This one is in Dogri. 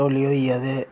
टोल्ली होइया ते